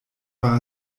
war